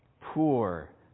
poor